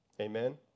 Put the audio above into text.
Amen